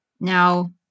Now